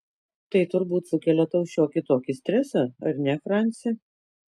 tai turbūt sukelia tau šiokį tokį stresą ar ne franci